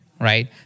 right